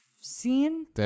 seen